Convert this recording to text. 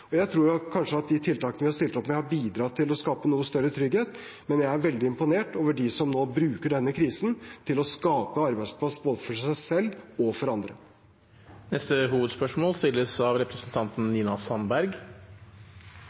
Jeg tror kanskje de tiltakene vi har stilt opp med, har bidratt til å skape noe større trygghet, men jeg er veldig imponert over dem som nå bruker denne krisen til å skape arbeidsplasser, både for seg selv og for andre. Vi går videre til neste hovedspørsmål.